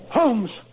Holmes